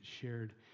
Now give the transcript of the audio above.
shared